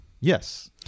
Yes